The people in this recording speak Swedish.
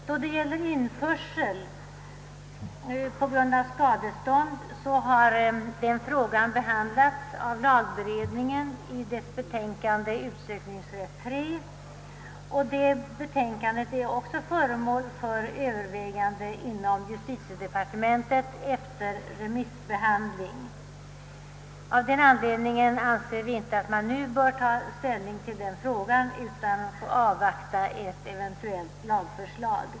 Då det gäller införsel på grund av skadestånd kan nämnas, att denna fråga behandlats av lagberedningen i dess betänkande Utsökningsrätt III, och detta betänkande är föremål för övervägande inom justitiedepartementet efter remissbehandling. Av denna anledning anser vi inte att man nu bör ta ställning till denna fråga utan att vi måste avvakta ett eventuellt lagförslag.